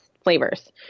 flavors